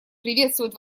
приветствует